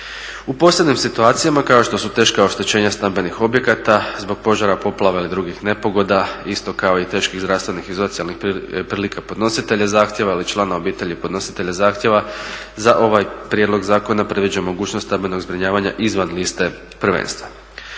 U posebnim situacijama kao što su teška oštećenja stambenih objekata zbog požara, poplava ili drugih nepogoda isto kao i teških zdravstvenih i socijalnih prilika podnositelja zahtjeva ili članova obitelji podnositelja zahtjeva za ovaj prijedlog zakona predviđa mogućnost stambenog zbrinjavanja izvan liste prvenstva.